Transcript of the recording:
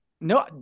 No